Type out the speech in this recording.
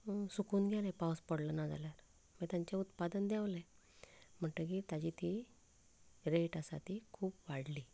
सुकून गेलें पावस पडलो ना जाल्यार मागीर तांचे उत्पादन देंवलें म्हणटगीर ताजी ती रेट आसा ती खूब वाडली